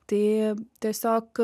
tai tiesiog